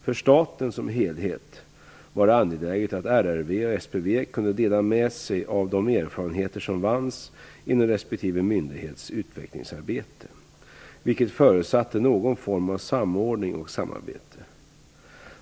För staten som helhet var det angeläget att RRV och SPV kunde dela med sig av de erfarenheter som vanns inom respektive myndighets utvecklingsarbete, vilket förutsatte någon form av samordning och samarbete.